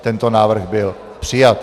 Tento návrh byl přijat.